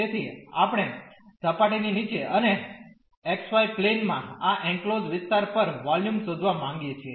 તેથી આપણે સપાટીની નીચે અને xy પ્લેન માં આ એનક્લોઝડ વિસ્તાર પર વોલ્યુમ શોધવા માગીએ છીએ